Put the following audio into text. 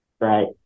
Right